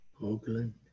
Oakland